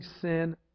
sin